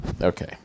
okay